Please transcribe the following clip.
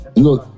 Look